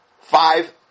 Five